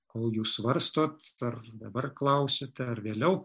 kol jūs svarstot ar dabar klausite ar vėliau